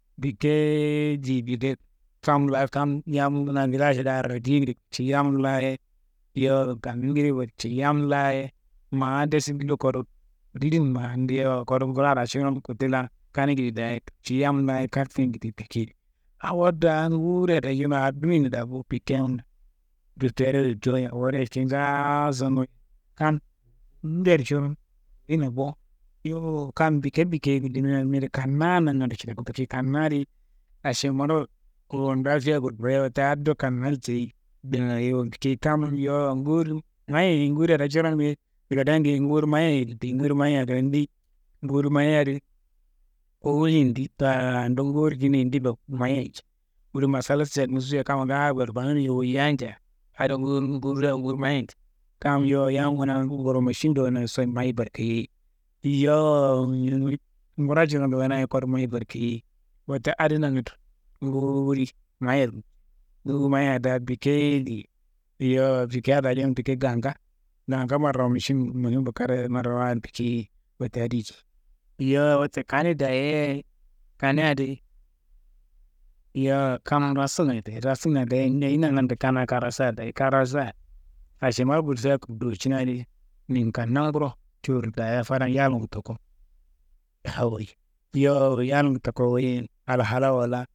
Bike ye diye, bike kam laa kam, yam kuna vilaš laa- ye radiongede bikeyei, yam laa- ye yowo gangangede farcei, yam laa- ye ma de sillo kodu dulin ma andi yowo, kodu ngura daa curon kote laan kaningede daye bikeyei, yam laa- ye kartengede bikeyei, awo daa nguria daa coron awo dunimina daa bo, bike n bikero yike aworo yike, ngaason wayi kan nguria di curon duyina bo. Yowo kan bike bikeyi gullimia rimia adi kanna nangando cuwuyi bikeyi, kanna adi ašemmaro, wote addo kannayi ceyi, dayoyi bikeyi. Kam, yowo nguri, mayiye nguria daa curombe, bladen geyi nguri mayiye titiyi, nguri mayiya kle deyi? Nguri mayiye adi kowu yindi taandu nguri kinyindimbe mayiye nje. Kude masalla salino suwuya kamma ngaayo barawuno nja, woyiya nja adiwa nguri nguria mayiye njei, kam yowo yam kuna nguro mašin dowuyina sowu mayi barkayiyei. Yowo nguro curon dowuyinaye kodu mayi barkayiyei. Wote adi nangando, nguwuri mayiye, nguri mayiya daa bike ye diye, yowo bike daa coron bike ganga, ganga marawayid muhim kada ye marawayid bikeyei wote adiyi jidi. Yowo wote kani dayaye, kani adi, yowo kam rasungayi dayi, rasungayi dayiya, ayi nangando kanaa, kan rasayi dayi? Kan rasayi ašemmaro bul fiyakuro dowucina adi, ninkannanguro cuwudu dayiya fadan yalngu toku awoyi, yowo yalngu toku awoyiye, halahala wo laa.